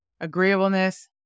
agreeableness